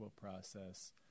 process